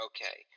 Okay